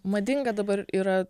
madinga dabar yra